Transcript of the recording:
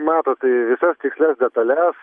matot visas tikslias detales